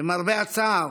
למרבה הצער